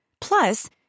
Plus